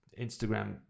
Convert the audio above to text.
Instagram